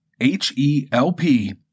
H-E-L-P